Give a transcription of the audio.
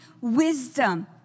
wisdom